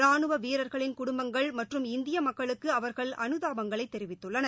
ராணுவ வீரர்களின் குடும்பங்கள் மற்றும் இந்திய மக்குளுக்கு அவர்கள் அனுதாபங்களை தெரிவித்துள்ளனர்